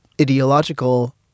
ideological